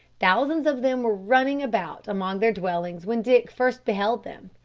thousands of them were running about among their dwellings when dick first beheld them,